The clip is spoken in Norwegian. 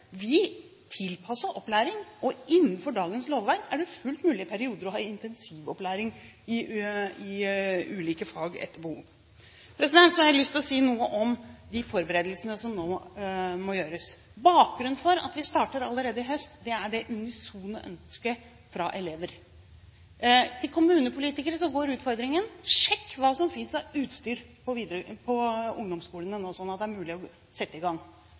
opplæring og innenfor dagens lovverk er det fullt mulig i perioder å ha intensivopplæring i ulike fag etter behov. Så har jeg lyst til å si noe om de forberedelsene som nå må gjøres. Bakgrunnen for at vi starter allerede i høst, er det unisone ønsket fra elever. Til kommunepolitikere går utfordringen: Sjekk hva som finnes av utstyr på ungdomsskolene nå, sånn at det er mulig å sette i gang.